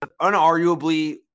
unarguably